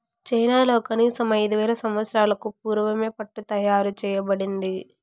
చైనాలో కనీసం ఐదు వేల సంవత్సరాలకు పూర్వమే పట్టు తయారు చేయబడింది